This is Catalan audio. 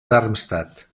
darmstadt